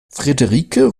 frederike